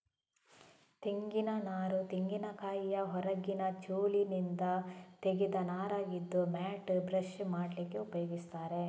ತೆಂಗಿನ ನಾರು ತೆಂಗಿನಕಾಯಿಯ ಹೊರಗಿನ ಚೋಲಿನಿಂದ ತೆಗೆದ ನಾರಾಗಿದ್ದು ಮ್ಯಾಟ್, ಬ್ರಷ್ ಮಾಡ್ಲಿಕ್ಕೆ ಉಪಯೋಗಿಸ್ತಾರೆ